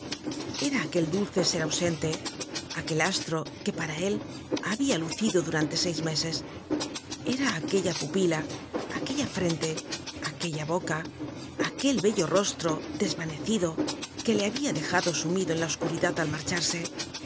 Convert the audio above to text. era aquel dulce ser ausente aquel astro que para él habia lucido durante seis meses era aquella pupila aquella frente aquella boca aquel bello rostro desvanecido que le habia dejado sumido en content from google book search generated at la oscuridad al marcharse